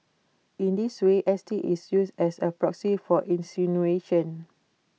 in this way S T is used as A proxy for insinuation